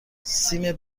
سیم